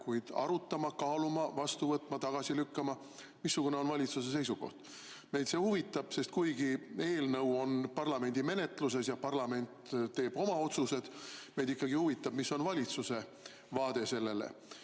arutama, kaaluma, vastu võtma või tagasi lükkama. Missugune on valitsuse seisukoht? Meid see huvitab. Kuigi eelnõu on parlamendi menetluses ja parlament teeb oma otsused, huvitab meid ikkagi, mis on valitsuse vaade sellele.